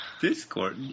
Discord